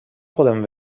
podem